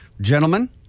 Gentlemen